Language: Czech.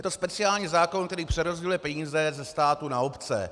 Je to speciální zákon, který přerozděluje peníze ze státu na obce.